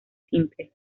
simple